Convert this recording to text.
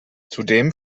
zudem